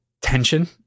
tension